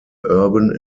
urban